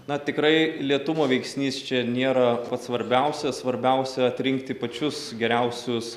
na tikrai lėtumo veiksnys čia nėra pats svarbiausias svarbiausia atrinkti pačius geriausius